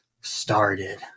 started